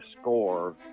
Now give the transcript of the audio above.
score